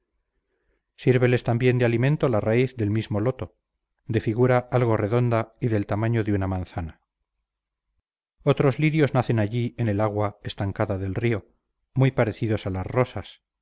sírveles también de alimento la raíz del mismo loto de figura algo redonda y del tamaño de una manzana otros lirios nacen allí en el agua estancada del río muy parecidos a las rosas